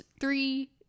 three